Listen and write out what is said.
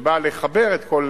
שבאה לחבר את כל